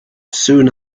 soon